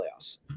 playoffs